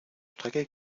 strecke